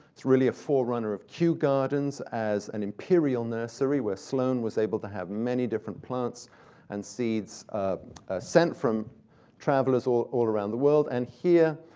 it's really a forerunner of kew gardens as an imperial nursery, where sloane was able to have many different plants and seeds sent from travelers all all around the world. and here,